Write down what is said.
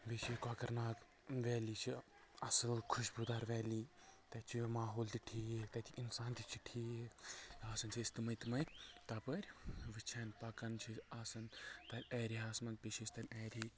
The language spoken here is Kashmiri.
بیٚیہِ چھِ یہِ کۄکَرناگ ویلی چھِ اَصۭل خوشبوٗ دار ویلی تَتہِ چھِ ماحول تہِ ٹھیٖک تَتِکۍ اِنسان تہِ چھِ ٹھیٖک آسان چھِ أسۍ تِمَے تِمَے تَپٲرۍ وٕچھان پَکان چھِ آسان تَتھ ایرِیاہَس منٛز بیٚیہِ چھِ أسۍ تَمہِ ایریِہِکۍ